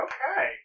Okay